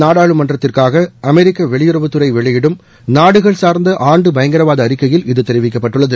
நாடாளுமன்றத்திற்காக அமெரிக்காவின் வெளியுறவுத்துறை வெளியிடும் நாடுகள் சார்ந்த ஆண்டு பயங்கரவாத அறிக்கையில் இது தெரிவிக்கப்பட்டுள்ளது